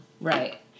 Right